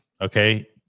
okay